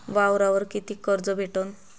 वावरावर कितीक कर्ज भेटन?